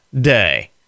Day